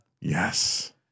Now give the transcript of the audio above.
Yes